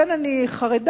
לכן אני חרדה,